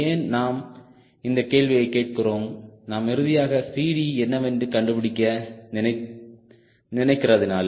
ஏன் நாம் இந்த கேள்வியை கேட்கிறோம் நாம் இறுதியாக CD என்னவென்று கண்டுபிடிக்க நினைக்கிறதினால்